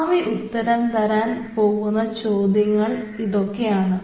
ഭാവി ഉത്തരം തരാൻ പോകുന്ന ചോദ്യങ്ങൾ ഇതൊക്കെയാണ്